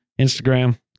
Instagram